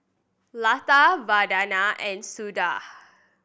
Lata Vandana and Sudhir